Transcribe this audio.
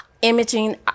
imaging